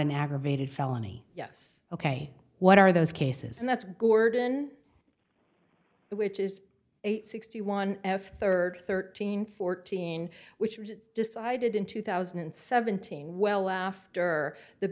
an aggravated felony yes ok what are those cases and that's gordon which is sixty one f third thirteen fourteen which was decided in two thousand and seventeen well after the